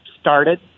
started